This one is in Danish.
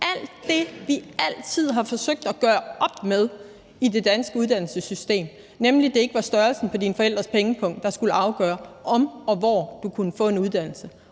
alt det, vi altid har forsøgt at gøre op med i det danske uddannelsessystem, nemlig at det ikke var størrelsen på dine forældres pengepung, der skulle afgøre, om og hvor du kunne få en uddannelse.